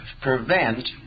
prevent